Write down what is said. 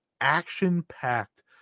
action-packed